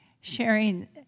sharing